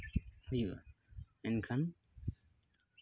ᱦᱩᱭᱩᱜᱼᱟ ᱢᱮᱱᱠᱷᱟᱱ